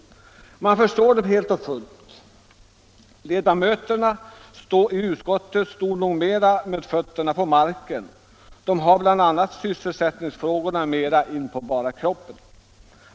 Man förstår dem helt och fullt. Ledamöterna i utskottet står nog mera med fötterna på marken. De har bl.a. sysselsättningsfrågorna mera inpå bara kroppen.